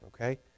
okay